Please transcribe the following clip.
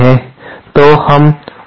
तो हम उस मामले को देखते हैं